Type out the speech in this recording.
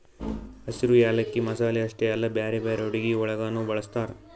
ಹಸಿರು ಯಾಲಕ್ಕಿ ಮಸಾಲೆ ಅಷ್ಟೆ ಅಲ್ಲಾ ಬ್ಯಾರೆ ಬ್ಯಾರೆ ಅಡುಗಿ ಒಳಗನು ಬಳ್ಸತಾರ್